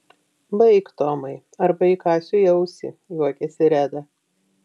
baik tomai arba įkąsiu į ausį juokėsi reda